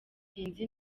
sinzi